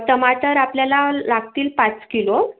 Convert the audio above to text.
टमाटर आपल्याला लागतील पाच किलो